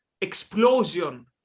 explosion